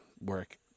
work